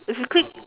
if you click